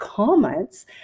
Comments